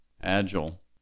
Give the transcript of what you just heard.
agile